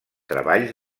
treballs